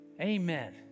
Amen